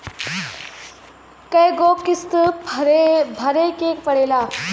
कय गो किस्त भरे के पड़ेला?